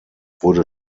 wurde